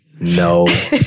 no